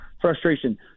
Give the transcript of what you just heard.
frustration